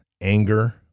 anger